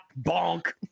bonk